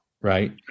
right